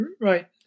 Right